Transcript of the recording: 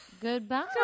Goodbye